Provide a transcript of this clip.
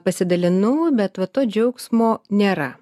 pasidalinau bet va to džiaugsmo nėra